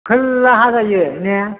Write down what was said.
खोलाहा जायो ने